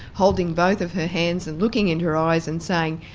holding both of her hands and looking in her eyes and saying,